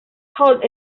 holt